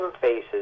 faces